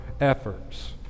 efforts